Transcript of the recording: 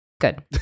Good